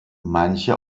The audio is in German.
manche